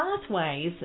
pathways